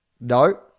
No